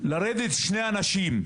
לרדת שני אנשים,